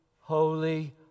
holy